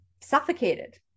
suffocated